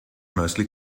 mostly